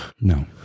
No